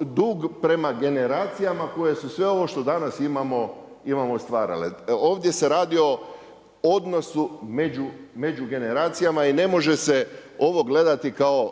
dug prema generacijama koje su sve ovo što danas imamo stvarale. Ovdje se radi o odnosu među generacijama i ne može se ovo gledati kao